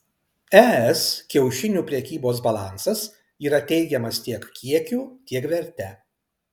es kiaušinių prekybos balansas yra teigiamas tiek kiekiu tiek verte